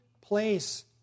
place